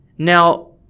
Now